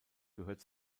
gehört